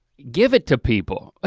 give it to people.